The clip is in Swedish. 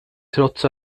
trots